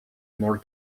more